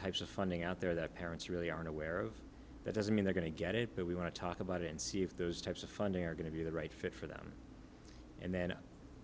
types of funding out there that parents really aren't aware of that doesn't mean they're going to get it but we want to talk about it and see if those types of funding are going to be the right fit for them and then